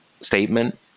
statement